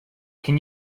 can